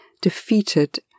defeated